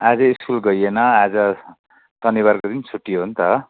आज स्कुल गइएन आज शनिवारको दिन छुट्टी हो नि त